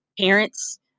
parents